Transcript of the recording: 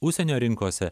užsienio rinkose